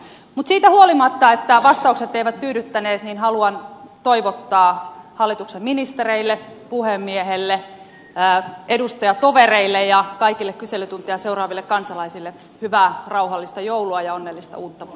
mutta siitä huolimatta että vastaukset eivät tyydyttäneet haluan toivottaa hallituksen ministereille puhemiehelle edustajatovereille ja kaikille kyselytuntia seuraaville kansalaisille hyvää rauhallista joulua ja onnellista uutta vuotta